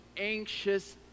anxious